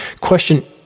Question